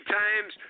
times